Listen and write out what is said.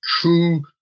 true